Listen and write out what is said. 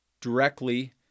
directly